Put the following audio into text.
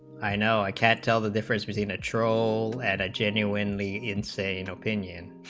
i know i can tell the difference is in that role and a genuinely insane opinion